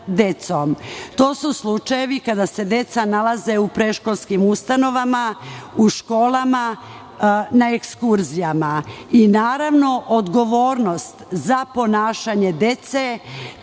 To su slučajevi kada se deca nalaze u predškolskim ustanovama, u školama i na ekskurzijama. Naravno, dužnost je da odgovornost za ponašanje dece